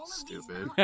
stupid